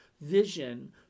vision